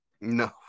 No